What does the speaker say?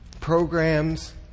programs